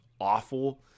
awful